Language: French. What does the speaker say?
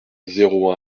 zéro